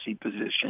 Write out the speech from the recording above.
position